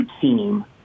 Team